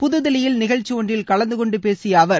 புதுதில்லியில் நிகழ்ச்சி ஒன்றில் கலந்தகொண்டு பேசிய அவர்